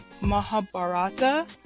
Mahabharata